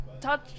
touch